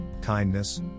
kindness